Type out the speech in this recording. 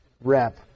rep